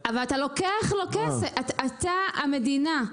אתה, המדינה,